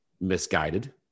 misguided